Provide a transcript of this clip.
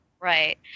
Right